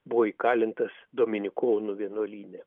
buvo įkalintas dominikonų vienuolyne